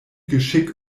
geschick